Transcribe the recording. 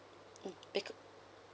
mm it could